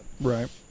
Right